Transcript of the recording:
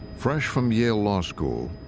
fresh from yale law school,